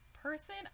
person